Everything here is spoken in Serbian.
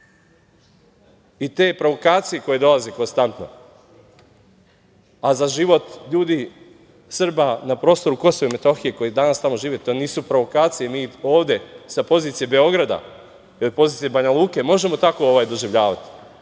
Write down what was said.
i te provokacije koje dolaze konstantno a za život ljudi, Srba, na prostoru Kosova i Metohije koji danas tamo žive to nisu provokacije i mi ovde sa pozicije Beograda ili pozicije Banjaluke možemo tako doživljavati